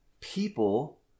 People